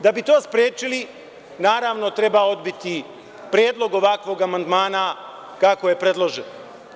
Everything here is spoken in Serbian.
Da bi to sprečili, naravno treba odbiti predlog ovakvog amandmana, kako je predložen.